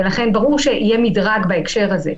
ולכן ברור שיהיה מדרג בהקשר הזה,